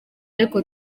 ariko